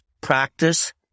practice